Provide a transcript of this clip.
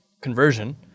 conversion